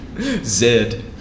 Zed